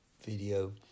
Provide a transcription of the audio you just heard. video